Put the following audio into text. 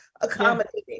accommodating